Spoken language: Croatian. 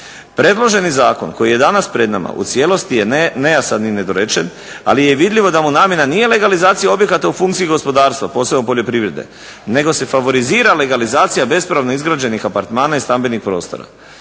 Predloženi zakon koji je danas pred nama u cijelosti je nejasan i nedorečen, ali je i vidljivo da mu namjena nije legalizacija objekata u funkciji gospodarstva, posebno poljoprivrede nego se favorizira legalizacija bespravno izgrađenih apartmana i stambenih prostora.